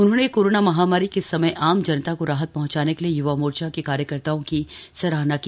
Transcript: उन्होंने कोरोना महामारी के समय आम जनता को राहत पहुंचाने के लिए य्वा मोर्चा के कार्यकर्ताओं की सराहना की